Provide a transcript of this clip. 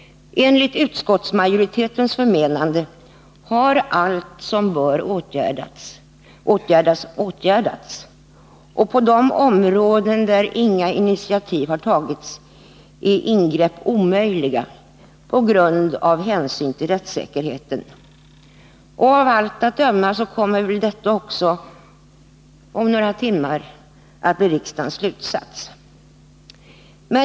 Enligt utskottsmajoritetens förmenande har allt som bör åtgärdas också blivit åtgärdat, och på de områden där inga initiativ tagits är ingrepp omöjliga på grund av hänsyn till rättssäkerheten. Av allt att döma kommer detta också om några timmar att bli riksdagens slutsats.